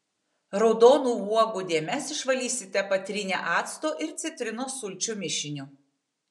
raudonų uogų dėmes išvalysite patrynę acto ir citrinos sulčių mišiniu